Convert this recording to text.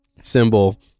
symbol